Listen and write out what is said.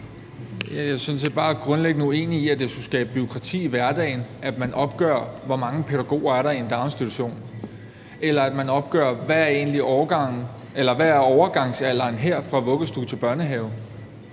set bare grundlæggende uenig i, at det skulle skabe bureaukrati i hverdagen, at man opgør, hvor mange pædagoger der er i en daginstitution, eller at man opgør, hvad overgangsalderen er fra vuggestue til børnehave.